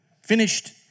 Finished